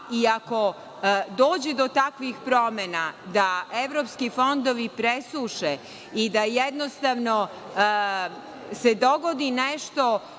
i ako dođe do takvih promena da evropski fondovi presuše i da, jednostavno, se dogodi nešto